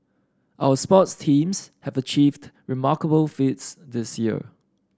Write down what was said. our sports teams have achieved remarkable feats this year